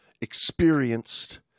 experienced